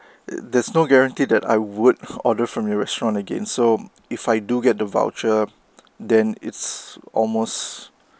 there's no guarantee that I would order from your restaurant again so if I do get the voucher then it's almost